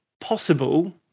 possible